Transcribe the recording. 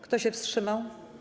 Kto się wstrzymał?